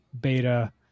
Beta